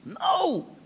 No